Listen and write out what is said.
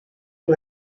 who